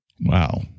Wow